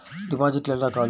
డిపాజిట్లు ఎన్ని రకాలు?